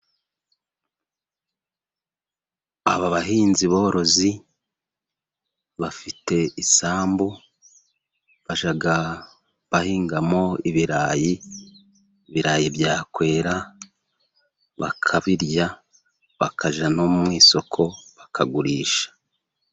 Aba bahinzi borozi bafite isambu bajya bahingamo ibirayi, ibirayi byakwera bakabirya bakajya no mu isoko bakagurisha.